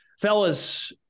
Fellas